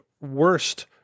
worst